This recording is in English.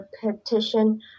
petition